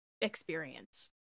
experience